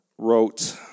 wrote